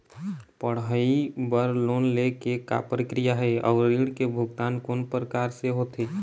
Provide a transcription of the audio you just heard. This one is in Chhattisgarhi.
पढ़ई बर लोन ले के का प्रक्रिया हे, अउ ऋण के भुगतान कोन प्रकार से होथे?